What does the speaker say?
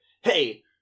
Hey